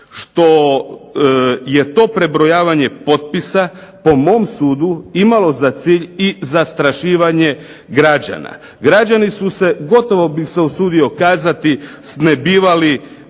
što je to prebrojavanje potpisa po mom sudu imalo za cilj i zastrašivanje građana. Građani su se gotovo bih se usudio kazati snebivali